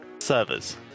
servers